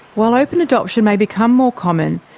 while open adoption may become more common,